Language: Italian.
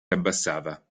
abbassava